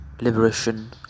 liberation